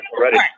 Ready